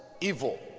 evil